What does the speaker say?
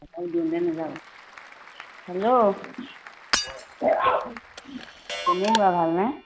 hello কওক কেনেকুৱা ভালনে